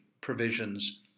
provisions